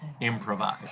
Improvise